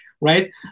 right